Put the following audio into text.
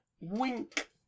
Wink